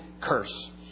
curse